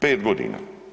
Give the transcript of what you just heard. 5 godina.